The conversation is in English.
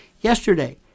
Yesterday